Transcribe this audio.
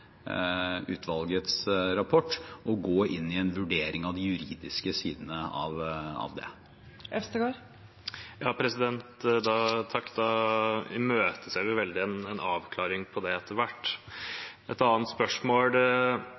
utvalgets rapport, å gå inn i en vurdering av de juridiske sidene av det. Da imøteser vi veldig en avklaring på det, etter hvert. Et annet spørsmål: